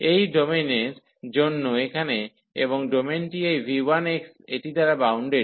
এই ডোমেনের জন্য এখানে এবং এই ডোমেনটি এই v1 এটি দ্বারা বাউন্ডেড